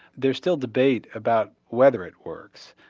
there's still debate about whether it works.